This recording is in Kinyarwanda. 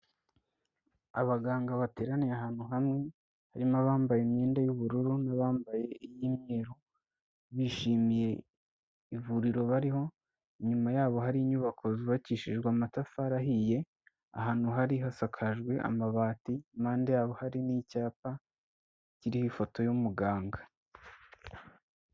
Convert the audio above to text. Abaganga bateraniye ahantu hamwe, harimo abambaye imyenda y'ubururu n'abambaye iy'imyeru, bishimiye ivuriro bariho, inyuma yabo hari inyubako zubakishijwe amatafari ahiye, ahantu hari hasakajwe amabati, impande yabo hari n'icyapa kiriho ifoto y'umuganga.